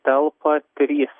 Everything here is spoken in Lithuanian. telpa trys